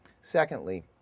Secondly